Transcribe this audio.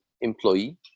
employee